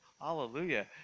hallelujah